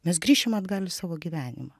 mes grįšim atgal į savo gyvenimą